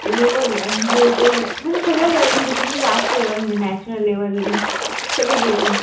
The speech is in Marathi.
लेवल म्हणजे ते म्हणजे सगळ्या लेवल म्हणजे पूर्ण लास्ट लेवल म्हणजे नॅशनल लेवल सगळे गेले